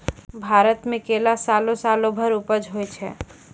भारत मे केला सालो सालो भर उपज होय छै